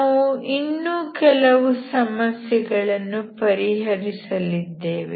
ನಾವು ಇನ್ನು ಕೆಲವು ಸಮಸ್ಯೆಗಳನ್ನು ಪರಿಹರಿಸಲಿದ್ದೇವೆ